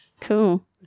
cool